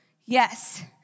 yes